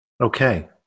Okay